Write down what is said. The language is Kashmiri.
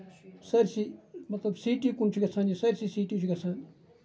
سٲرسٕے مطلب سِٹی کُن چھُ گژھان سٲرسِے سِٹی چھُ گژھان